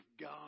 God